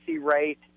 rate